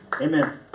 Amen